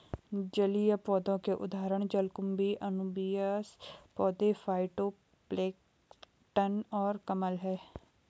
जलीय पौधों के उदाहरण जलकुंभी, अनुबियास पौधे, फाइटोप्लैंक्टन और कमल हैं